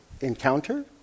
encounter